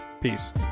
Peace